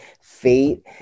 fate